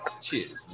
Cheers